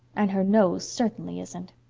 and her nose certainly isn't.